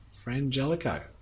frangelico